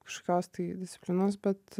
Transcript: kažkios tai disciplinos bet